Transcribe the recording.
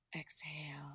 exhale